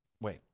wait